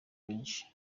benshi